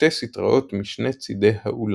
ושתי סיטראות משני צדי האולם.